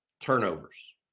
turnovers